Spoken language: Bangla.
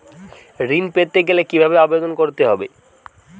ঋণ পেতে গেলে কিভাবে আবেদন করতে হবে?